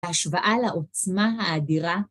ההשוואה לעוצמה האדירה.